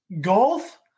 Golf